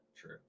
true